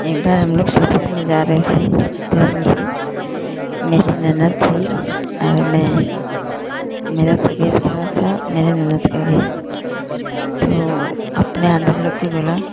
एक बार हम लोग सफर में जा रहे थे ट्रेन से मेरी ननद थी और मैं मेरा तबीयत खराब था मेरे ननद का भी तो अपने आदमी लोग को बोला